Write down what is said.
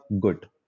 Good